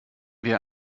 wir